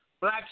black